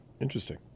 Interesting